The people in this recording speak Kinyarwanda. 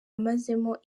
amazemo